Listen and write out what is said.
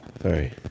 Sorry